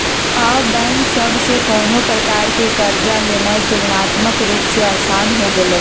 अब बैंक सभ से कोनो प्रकार कें कर्जा लेनाइ तुलनात्मक रूप से असान हो गेलइ